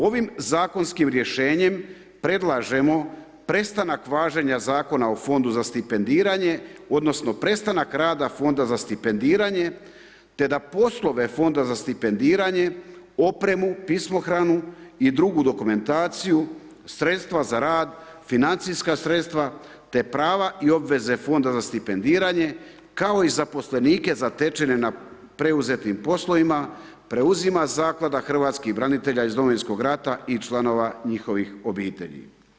Ovim zakonskim rješenjem predlažemo prestanak važenja Zakona o fondu za stipendiranje odnosno prestanak rada Fonda za stipendiranje te da poslove Fonda za stipendiranje, opremu, pismohranu i dr. dokumentaciju sredstva za rad, financijska sredstva te prava i obveze Fonda za stipendiranje kao i zaposlenike zatečene na preuzetim poslovima, preuzima Zaklada hrvatskih branitelja iz Domovinskog rata i članova njihovih obitelji.